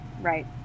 Right